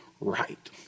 right